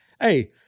Hey